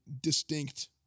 distinct